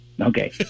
Okay